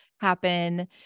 happen